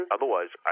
Otherwise